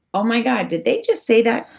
oh my god, did they just say that?